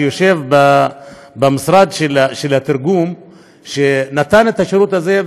שיושב במשרד של התרגום שנתן את השירות הזה,